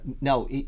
no